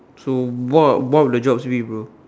so what what would the jobs be bro